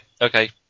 okay